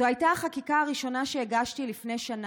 זו הייתה החקיקה הראשונה שהגשתי לפני שנה,